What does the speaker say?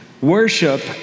Worship